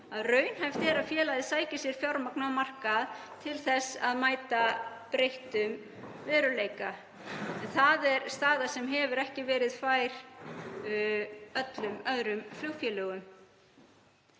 að raunhæft er að félagið sæki sér fjármagn á markað til þess að mæta breyttum veruleika. Sú staða hefur ekki verið fær fjölmörgum öðrum flugfélögum.